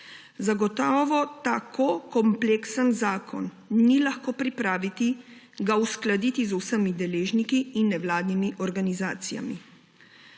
Zagotovo tako kompleksen zakon ni lahko pripraviti, ga uskladiti z vsemi deležniki in nevladnimi organizacijami,